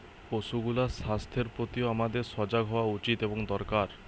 পশুগুলার স্বাস্থ্যের প্রতিও আমাদের সজাগ হওয়া উচিত এবং দরকার